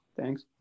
thanks